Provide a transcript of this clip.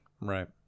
right